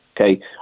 Okay